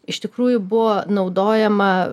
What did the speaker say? iš tikrųjų buvo naudojama